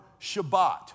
Shabbat